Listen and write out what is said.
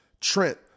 trent